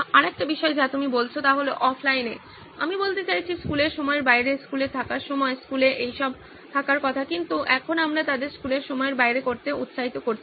আরেকটি বিষয় যা তুমি বলছো তা হলো অফলাইনে আমি বলতে চাইছি স্কুলের সময়ের বাইরে স্কুলে থাকার সময় স্কুলে এই সব থাকার কথা কিন্তু এখন আমরা তাদের স্কুলের সময়ের বাইরে করতে উৎসাহিত করছি